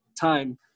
time